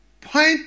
point